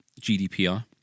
GDPR